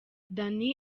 danny